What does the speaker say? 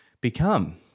become